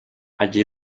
allí